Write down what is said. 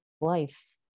life